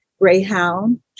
Greyhound